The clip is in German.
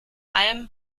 alm